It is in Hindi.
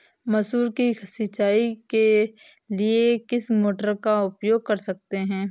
मसूर की सिंचाई के लिए किस मोटर का उपयोग कर सकते हैं?